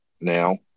now